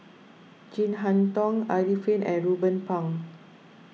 Chin Harn Tong Arifin and Ruben Pang